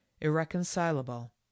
irreconcilable